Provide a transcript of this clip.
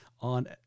on